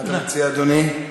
מה אתה מציע, אדוני?